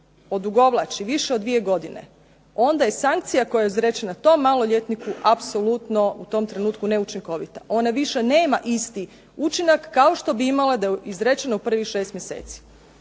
odugovlači više od dvije godine onda je sankcija koja je izrečena tom maloljetniku apsolutno u tom trenutku neučinkovita. Ona više nema isti učinak kao što bi imala da je izrečena u prvih šest mjeseci.